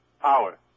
power